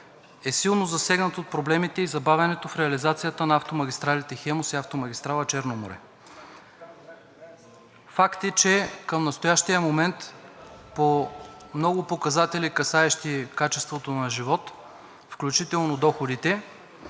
е силно засегнат от проблемите и забавянето на реализацията на автомагистралите „Хемус“ и „Черно море“. Факт е, че към настоящия момент по много показатели, касаещи качеството на живот, включително доходите,